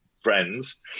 friends